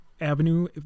avenue